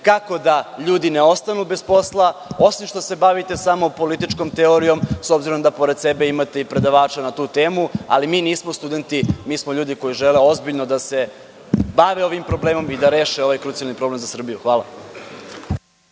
kako da ljudi ne ostanu bez posla, osim što se bavite samo političkom teorijom, s obzirom da pored sebe imate i predavača na tu temu, ali mi nismo studenti, mi smo ljudi koji žele ozbiljno da se bave ovim problemom i da reše ovaj krucijalni problem za Srbiju. Hvala.